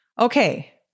Okay